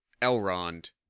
elrond